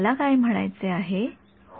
मला काय म्हणायचे आहे हो